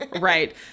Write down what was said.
Right